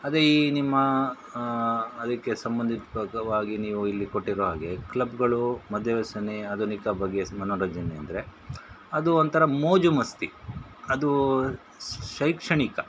ಅದೇ ಈ ನಿಮ್ಮ ಅದಕ್ಕೆ ಸಂಬಂಧಿತ್ವಕವಾಗಿ ನೀವು ಇಲ್ಲಿ ಕೊಟ್ಟಿರೋ ಹಾಗೆ ಕ್ಲಬ್ಗಳು ಮದ್ಯವ್ಯಸನೆ ಆಧುನಿಕ ಬಗೆ ಸ್ ಮನೋರಂಜನೆ ಅಂದರೆ ಅದು ಒಂಥರ ಮೋಜು ಮಸ್ತಿ ಅದು ಸ್ ಶೈಕ್ಷಣಿಕ